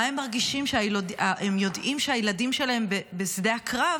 מה הם מרגישים כשהם יודעים שהילדים שלהם בשדה הקרב,